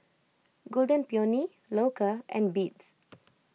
Golden Peony Loacker and Beats